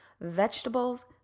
vegetables